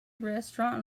restaurant